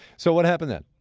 so what happened then?